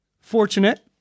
fortunate